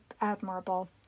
admirable